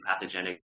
pathogenic